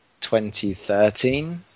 2013